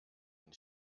und